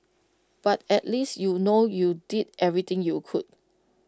but at least you'll know you did everything you could